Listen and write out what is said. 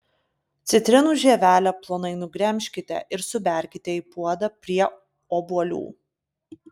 citrinų žievelę plonai nugremžkite ir suberkite į puodą prie obuolių